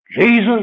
Jesus